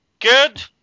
good